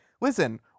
listen